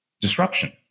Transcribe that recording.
disruption